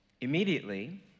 Immediately